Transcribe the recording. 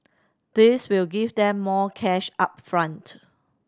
this will give them more cash up front